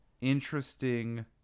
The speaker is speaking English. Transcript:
Interesting